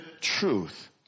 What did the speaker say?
truth